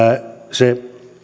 se